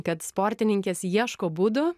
kad sportininkės ieško būdų